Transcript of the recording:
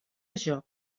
joc